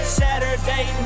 saturday